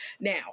Now